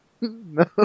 No